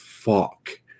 fuck